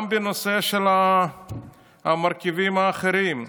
גם בנושא המרכיבים האחרים,